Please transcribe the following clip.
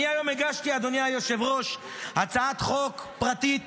אני היום הגשתי, אדוני היושב-ראש, הצעת חוק פרטית